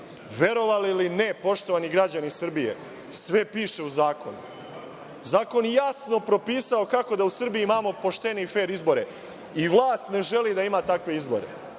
ili ne, poštovani građani Srbije, sve piše u zakonu. Zakon je jasno propisao kako da u Srbiji imamo poštene i fer izbore i vlast ne želi da ima takve izbore.